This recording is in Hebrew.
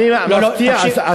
אני מבטיח,